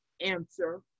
answer